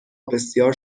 بسیار